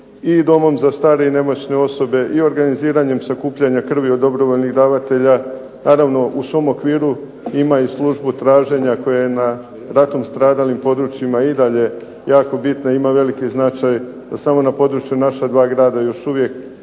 i Domom za stare i nemoćne osobe i organiziranjem sakupljanja krvi od dobrovoljnih davatelja. Naravno u svom okviru ima i službu traženja koja je na ratom stradalim područjima i dalje jako bitna i ima veliki značaj. Pa samo na području naša 2 grada još uvijek